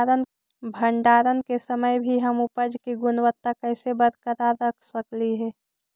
भंडारण के समय भी हम उपज की गुणवत्ता कैसे बरकरार रख सकली हे?